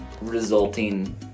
resulting